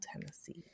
Tennessee